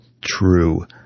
true